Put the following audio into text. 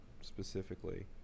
specifically